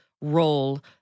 role